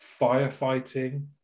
firefighting